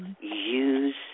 use